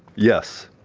yes.